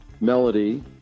melody